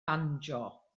banjo